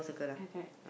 left right